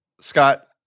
Scott